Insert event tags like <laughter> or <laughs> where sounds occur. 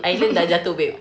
<laughs>